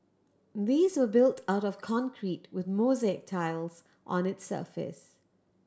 these were built out of concrete with mosaic tiles on its surface